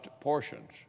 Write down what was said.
portions